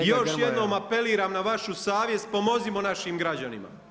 I još jednom apeliram na vašu savjest, pomozimo našim građanima.